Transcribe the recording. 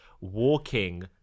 walking